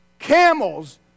Camels